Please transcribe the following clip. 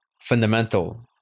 fundamental